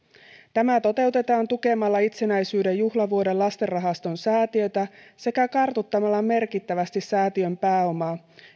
tämä toteutetaan tukemalla itsenäisyyden juhlavuoden lastenrahaston säätiötä sekä kartuttamalla merkittävästi säätiön pääomaa